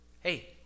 hey